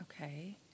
Okay